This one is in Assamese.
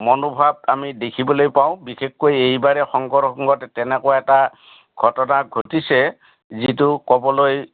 মনোভাৱ আমি দেখিবলৈ পাওঁ বিশেষকৈ এইবাৰে শংকৰৰ সংঘত তেনেকুৱা এটা ঘটনা ঘটিছে যিটো ক'বলৈ